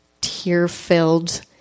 tear-filled